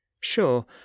sure